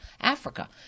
Africa